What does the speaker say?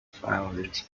families